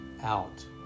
out